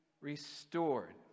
restored